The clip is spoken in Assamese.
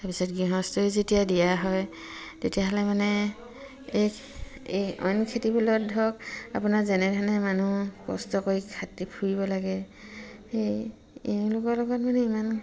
তাৰপিছত গৃহস্থই যেতিয়া দিয়া হয় তেতিয়াহ'লে মানে এই এই অইন খেতিবিলাকত ধৰক আপোনাৰ যেনেধৰণে মানুহ কষ্ট কৰি খাটি ফুৰিব লাগে সেই এওঁলোকৰ লগত মানে ইমান